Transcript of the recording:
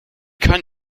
kann